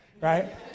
right